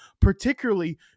particularly